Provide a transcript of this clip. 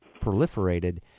proliferated